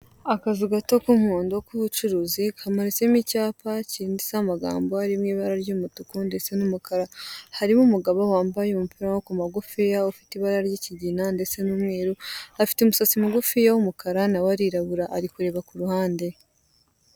Akazu gato k'umuhondo k'ubucuruzi kamanitsemo icyapa cyanditseho amagambo arimo ibara ry'umutuku ndetse n'umukara, harimo umugabo wambaye umupira w'amaboko magufiya ufite ibara ry'ikigina ndetse n'umweru afite umusatsi mugufi w'umukara na we arirabura ari kureba ku ruhande.